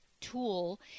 tool